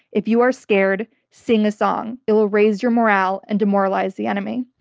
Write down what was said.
if you are scared, sing a song. it will raise your morale and demoralize the enemy.